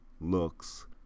looks